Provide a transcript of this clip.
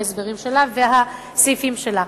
עם ההסברים שלה והסעיפים שלה.